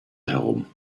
herum